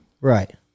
Right